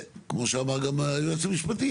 כמו שאמר גם היועץ המשפטי,